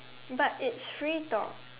but it's free talk